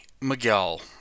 Miguel